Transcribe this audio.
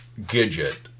Gidget